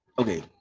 okay